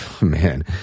man